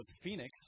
Phoenix